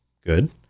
Good